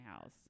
house